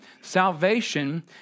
salvation